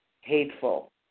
hateful